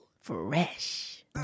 fresh